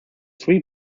three